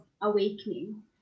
awakening